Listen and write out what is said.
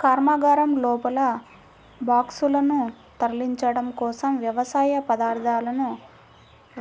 కర్మాగారం లోపల బాక్సులను తరలించడం కోసం, వ్యవసాయ పదార్థాలను